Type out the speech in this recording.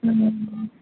ହୁଁ